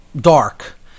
dark